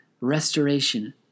restoration